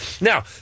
Now